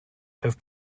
have